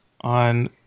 on